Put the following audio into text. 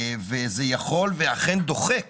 זה יכול ואכן דוחק